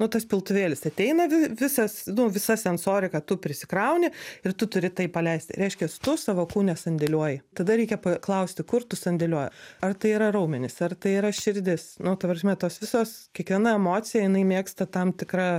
nu tas piltuvėlis ateina vi visas nu visa sensorika tu prisikrauni ir tu turi tai paleisti reiškias tu savo kūne sandėliuoji tada reikia klausti kur tu sandėliuoji ar tai yra raumenys ar tai yra širdis nu ta prasme tos visos kiekviena emocija jinai mėgsta tam tikrą